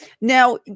Now